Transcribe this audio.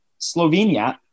Slovenia